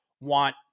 want